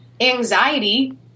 anxiety